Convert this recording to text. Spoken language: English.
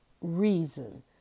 reason